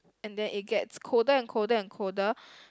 and then it gets colder and colder and colder